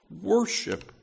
worship